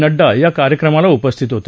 नङ्डा कार्यक्रमाला उपस्थित होते